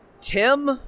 tim